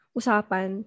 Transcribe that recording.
usapan